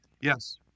Yes